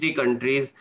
countries